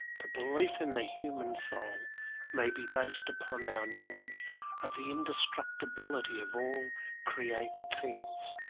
the belief in the human soul may be based upon our knowledge of the indestructibility of all created things.